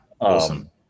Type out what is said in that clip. Awesome